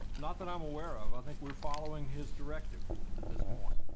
not that i'm aware of i think we're following his directive at this point.